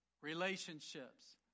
Relationships